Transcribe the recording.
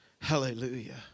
Hallelujah